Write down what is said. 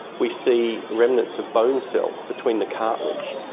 we see remnants of bone cells between the cartilage.